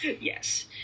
Yes